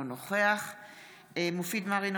אינו נוכח מופיד מרעי,